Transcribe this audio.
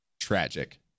tragic